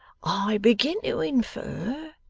i begin to infer,